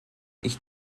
ich